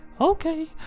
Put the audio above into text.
okay